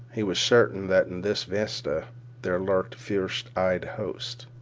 he was certain that in this vista there lurked fierce-eyed hosts.